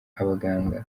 abaganga